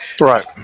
Right